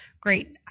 Great